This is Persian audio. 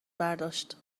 برداشت